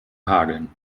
hageln